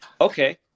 Okay